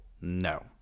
No